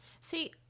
See